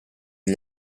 gli